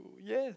yes